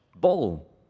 ball